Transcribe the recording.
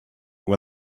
when